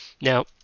Now